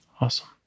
awesome